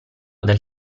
del